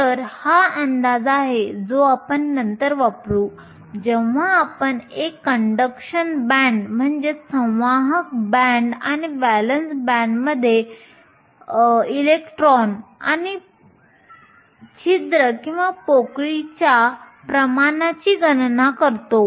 तर हा अंदाज आहे जो आपण नंतर वापरू जेव्हा आपण एका वाहक बँड आणि व्हॅलेन्स बँडमध्ये इलेक्ट्रॉन आणि पोकळीच्या होल प्रमाणाची गणना करतो